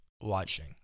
watching